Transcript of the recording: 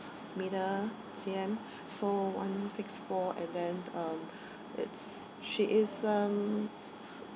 meter C_M so one six four and then um it's she is um